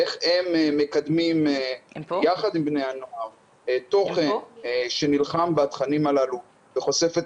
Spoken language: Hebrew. איך הם מקדמים יחד עם בני הנוער תוכן שנלחם בתכנים הללו וחושף את